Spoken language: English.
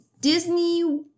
disney